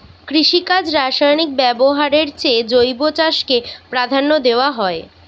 কৃষিকাজে রাসায়নিক ব্যবহারের চেয়ে জৈব চাষকে প্রাধান্য দেওয়া হয়